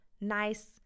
nice